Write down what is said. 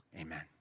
amen